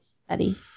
study